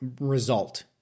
result